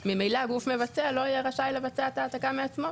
ממילא הגוף המבצע לא יהיה רשאי לבצע את ההעתקה מעצמו,